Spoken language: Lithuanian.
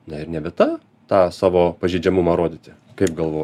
na ir ne vieta tą savo pažeidžiamumą rodyti kaip galvo